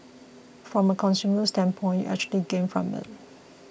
from a consumer standpoint you actually gain from it